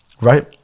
right